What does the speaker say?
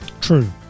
True